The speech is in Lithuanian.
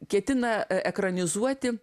ketina ekranizuoti